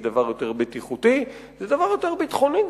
זה דבר יותר בטיחותי וזה גם דבר יותר ביטחוני.